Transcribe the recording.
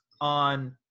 on